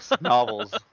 novels